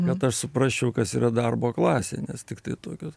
kad aš suprasčiau kas yra darbo klasė nes tiktai tokios